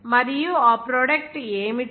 మరియు ఆ ప్రొడక్ట్ ఏమిటి